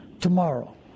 tomorrow